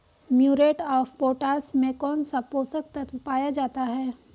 Muriate of potash में कौन सा पोषक तत्व पाया जाता है?